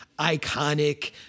iconic